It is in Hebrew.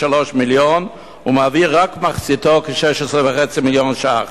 33 מיליון, ומעביר רק מחציתו, כ-16.5 מיליון ש"ח,